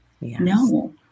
No